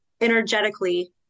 energetically